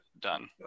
done